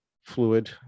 Fluid